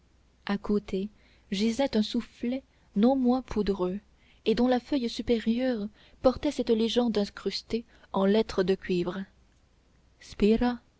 à côté gisait un soufflet non moins poudreux et dont la feuille supérieure portait cette légende incrustée en lettres de cuivre